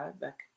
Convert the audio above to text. Back